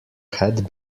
had